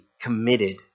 committed